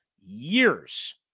years